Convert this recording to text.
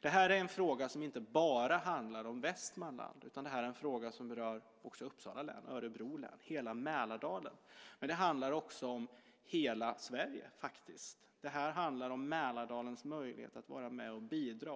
Det här är en fråga som inte bara handlar om Västmanland, utan det här är en fråga som berör också Uppsala län, Örebro län och hela Mälardalen. Men det handlar också om hela Sverige, faktiskt. Det här handlar om Mälardalens möjlighet att vara med och bidra.